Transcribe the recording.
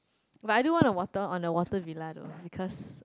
but I don't want a water on the water villa oh because